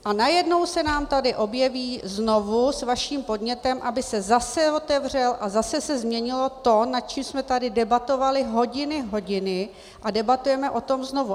A najednou se nám tady objeví znovu s vaším podnětem, aby se zase otevřel a zase se změnilo to, nad čím jsme tady debatovali hodiny a hodiny, a debatujeme o tom znovu.